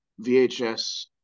vhs